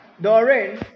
Doreen